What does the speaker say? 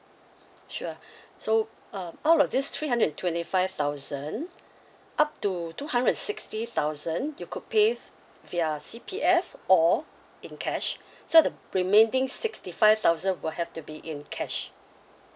sure so uh out of this three hundred and twenty five thousand up to two hundred and sixty thousand you could pay via C_P_F or in cash so the remaining sixty five thousand will have to be in cash